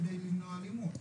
כדי למנוע אלימות,